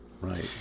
Right